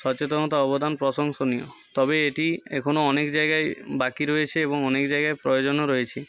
সচেতনতা অবদান প্রশংসনীয় তবে এটি এখনও অনেক জায়গায় বাকি রয়েছে এবং অনেক জায়গায় প্রয়োজনও রয়েছে